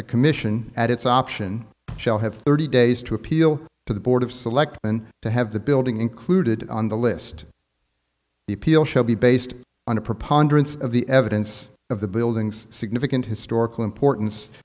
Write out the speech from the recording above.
the commission at its option shall have thirty days to appeal to the board of selectmen to have the building included on the list the appeal shall be based on a preponderance of the evidence of the building's significant historical importance